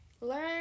learn